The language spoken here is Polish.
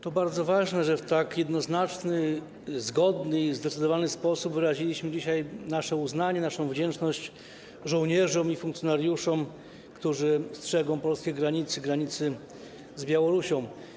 To bardzo ważne, że w tak jednoznaczny, zgodny i zdecydowany sposób wyraziliśmy dzisiaj nasze uznanie, naszą wdzięczność żołnierzom i funkcjonariuszom, którzy strzegą polskiej granicy, granicy z Białorusią.